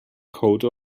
code